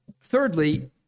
Thirdly